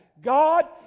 God